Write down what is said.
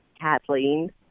Kathleen